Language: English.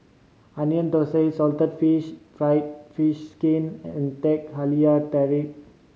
Onion Thosai salted fish fried fish skin and Teh Halia Tarik